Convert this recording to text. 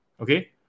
okay